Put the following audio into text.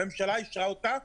הממשלה אישרה אותה,